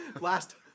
last